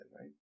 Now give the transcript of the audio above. right